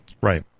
Right